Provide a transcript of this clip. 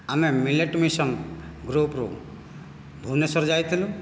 ଆମେ millet mission group ରୁ ଭୁବନେଶ୍ୱର ଯାଇଥିଲୁ